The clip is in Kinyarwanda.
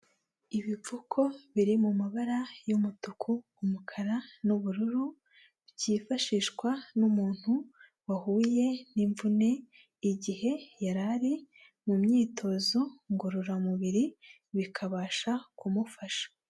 Ibipfuko biri mu mabara y'umutuku, umukara n'ubururu byifashishwa n'umuntu wahuye n'imvune igihe yari ari mu myitozo ngororamubiri, bikabasha kumufasha.